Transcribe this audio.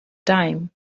time